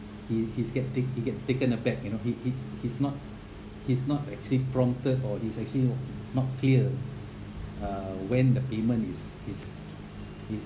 he he's gets t~ he gets taken aback you know he he he's not he's not actually prompted or it's actually not clear uh when the payment is is is